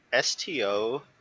sto